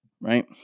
right